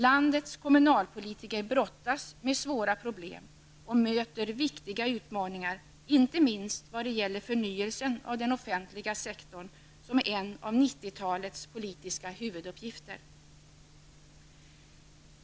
Landets kommunpolitiker brottas med svåra problem och möter viktiga utmaningar, inte minst i vad gäller den förnyelse av den offentliga sektorn som är en av 90-talets politiska huvuduppgifter.